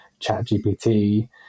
ChatGPT